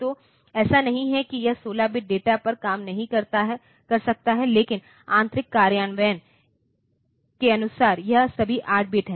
तो ऐसा नहीं है कि यह 16 बिट डेटा पर काम नहीं कर सकता है लेकिन आंतरिक कार्यान्वयन के अनुसार यह सभी 8 बिट है